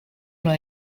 una